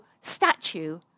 statue